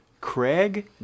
Craig